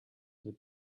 that